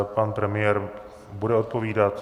Pan premiér bude odpovídat.